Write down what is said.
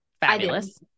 Fabulous